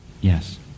Yes